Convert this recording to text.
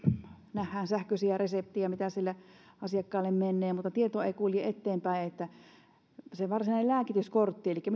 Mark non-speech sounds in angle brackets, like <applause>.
nähdään sähköisiä reseptejä että mitä sille asiakkaalle menee mutta tietoa ei kulje eteenpäin se varsinainen lääkityskortti elikkä <unintelligible>